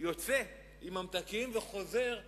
יוצא עם ממתקים וחוזר הביתה.